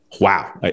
Wow